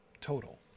total